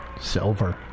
Silver